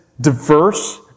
diverse